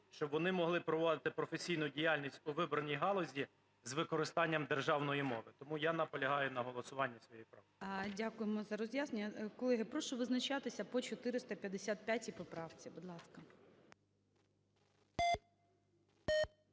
щоб вони могли проводити професійну діяльність у виборній галузі з використанням державної мови. Тому я наполягаю на голосуванні цієї правки. ГОЛОВУЮЧИЙ. Дякуємо за роз'яснення. Колеги, прошу визначатися по 455 поправці, будь ласка.